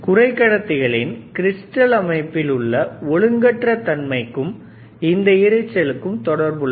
குறைகடத்திகள் இன் கிரிஸ்டல் அமைப்பில் உள்ள ஒழுங்கற்ற தன்மைக்கும் இந்த இரைச்சலுக்கும் தொடர்பு உள்ளது